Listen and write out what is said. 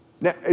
Now